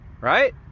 Right